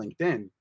LinkedIn